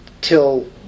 till